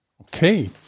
Okay